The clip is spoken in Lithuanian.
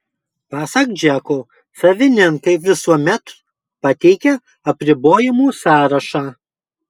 pasak džeko savininkai visuomet pateikia apribojimų sąrašą